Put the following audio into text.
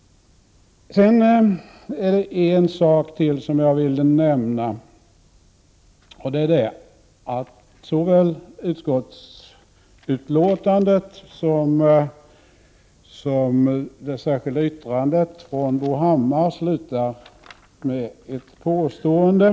Det finns en sak till som jag vill nämna. Det är att såväl utskottsbetänkandet som det särskilda yttrandet från Bo Hammar slutar med ett påstående.